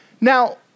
Now